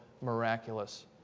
miraculous